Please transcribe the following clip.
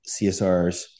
CSRs